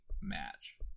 match